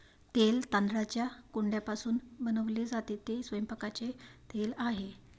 तेल तांदळाच्या कोंडापासून बनवले जाते, ते स्वयंपाकाचे तेल आहे